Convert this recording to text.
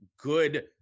good